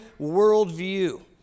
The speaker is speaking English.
worldview